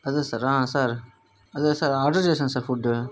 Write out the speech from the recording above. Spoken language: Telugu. అదే సార్ ఆ సార్ అదే సార్ ఆర్డర్ చేశాన్ సార్ ఫుడ్